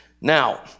now